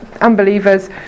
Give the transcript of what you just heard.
unbelievers